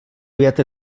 aviat